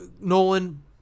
Nolan